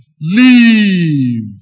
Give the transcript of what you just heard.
Leave